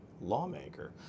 lawmaker